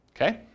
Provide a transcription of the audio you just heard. Okay